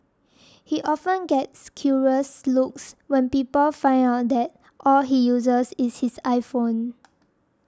he often gets curious looks when people find out that all he uses is his iPhone